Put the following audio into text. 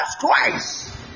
Christ